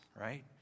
right